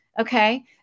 Okay